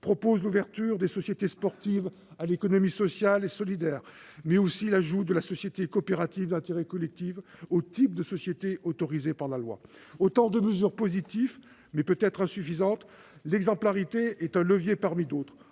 propose l'ouverture des sociétés sportives à l'économie sociale et solidaire, mais aussi l'ajout de la société coopérative d'intérêt collectif à la liste des types de sociétés autorisés par la loi. Ce sont des mesures positives, mais peut-être insuffisantes. L'exemplarité est un levier parmi d'autres.